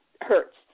hurts